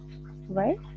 right